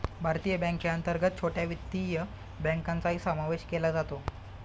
भारतीय बँकेअंतर्गत छोट्या वित्तीय बँकांचाही समावेश केला जातो